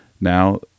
now